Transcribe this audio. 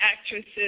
actresses